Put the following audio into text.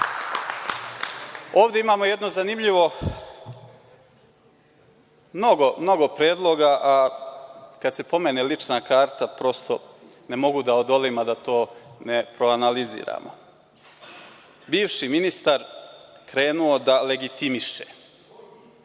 o tome. Ovde imamo mnogo predloga, a kada se pomene lična karta, prosto ne mogu da odolim, a da to ne proanaliziramo. Bivši ministar krenuo da legitimiše